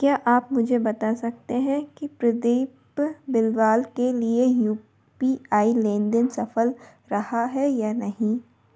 क्या आप मुझे बता सकते हैं कि प्रदीप बिलवाल के लिए यू पी आई लेन देन सफल रहा है या नहीं